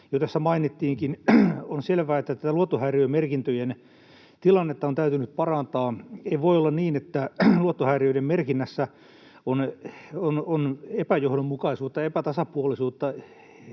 On selvää, että tätä luottohäiriömerkintöjen tilannetta on täytynyt parantaa. Ei voi olla niin, että luottohäiriöiden merkinnässä on epäjohdonmukaisuutta ja epätasapuolisuutta